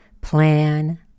Plan